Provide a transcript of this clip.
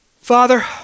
Father